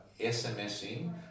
SMSing